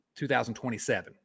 2027